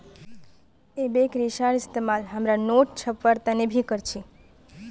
एबेक रेशार इस्तेमाल हमरा नोट छपवार तने भी कर छी